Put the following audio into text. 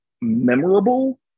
memorable